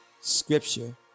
scripture